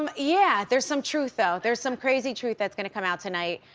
um yeah, there's some truth, though, there's some crazy truth that's gonna come out tonight,